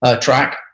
track